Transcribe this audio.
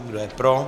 Kdo je pro?